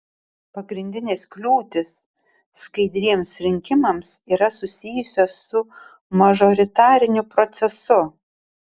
pagrindinės kliūtys skaidriems rinkimams yra susijusios su mažoritariniu procesu